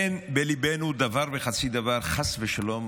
אין בליבנו דבר וחצי דבר, חס ושלום,